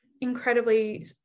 incredibly